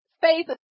faith